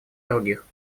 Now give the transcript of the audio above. других